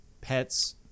pets